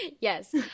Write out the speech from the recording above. yes